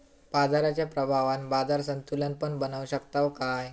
बाजाराच्या प्रभावान बाजार संतुलन पण बनवू शकताव काय?